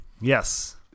Yes